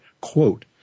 Quote